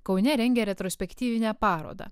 kaune rengia retrospektyvinę parodą